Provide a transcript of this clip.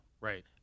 Right